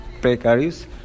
precarious